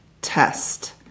test